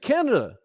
Canada